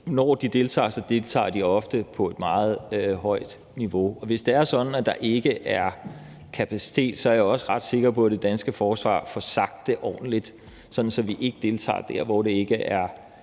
når de deltager, gør de det ofte på et meget højt niveau. Hvis det er sådan, at der ikke er kapacitet, er jeg også ret sikker på, at det danske forsvar får sagt det ordentligt, så vi ikke deltager der, hvor det ikke er